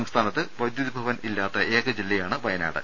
സംസ്ഥാനത്ത് വൈദ്യുതിഭവൻ ഇല്ലാത്ത ഏക ജില്ലയാണ് വയനാട്